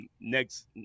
next